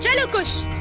yeah luv kush.